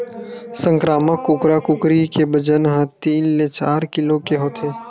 संकरामक कुकरा कुकरी के बजन ह तीन ले चार किलो के होथे